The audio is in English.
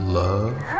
love